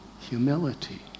humility